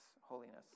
holiness